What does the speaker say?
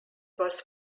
was